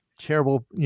terrible